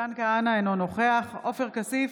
מתן כהנא, אינו נוכח עופר כסיף,